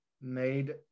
made